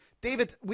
David